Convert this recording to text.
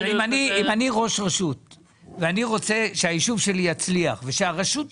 אם אני ראש רשות ואני רוצה שהיישוב שלי יצליח ושהרשות תצליח,